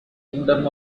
kingdom